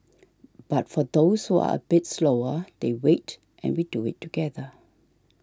but for those who are a bit slower they wait and we do it together